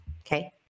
Okay